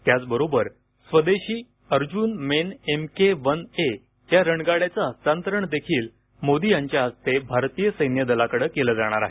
त्याचबरोबर स्वदेशी Arjun main MK one A रणगाड्याच हस्तांतरण देखील मोदी यांच्या हस्ते भारतीय सैन्यादलाकडे केलं जाणार आहे